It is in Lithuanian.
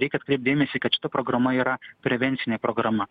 reikia atkreipt dėmesį kad šita programa yra prevencinė programa